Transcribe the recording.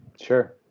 Sure